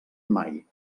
mai